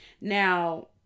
Now